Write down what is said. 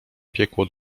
piekło